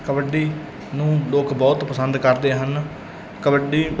ਕਬੱਡੀ ਨੂੰ ਲੋਕ ਬਹੁਤ ਪਸੰਦ ਕਰਦੇ ਹਨ ਕਬੱਡੀ